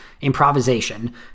improvisation